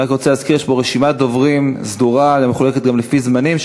רק רוצה להזכיר: יש פה רשימת דוברים סדורה ומחולקת גם לפי זמנים,